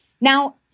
Now